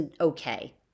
okay